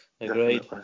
Agreed